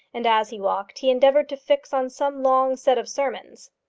and as he walked he endeavoured to fix on some long set of sermons.